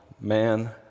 man